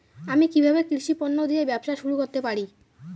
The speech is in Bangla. আমি কিভাবে কৃষি পণ্য দিয়ে ব্যবসা শুরু করতে পারি?